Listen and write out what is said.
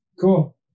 Cool